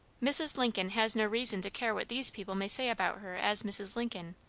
mrs. lincoln has no reason to care what these people may say about her as mrs. lincoln,